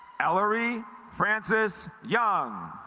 ellery francis young